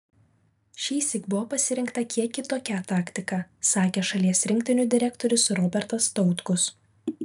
šįsyk buvo pasirinkta kiek kitokia taktika sakė šalies rinktinių direktorius robertas tautkus